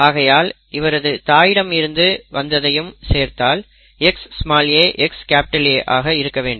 ஆகையால் இவரது தாயிடம் இருந்து வந்ததையும் சேர்த்தால் XaXA ஆக இருக்க வேண்டும்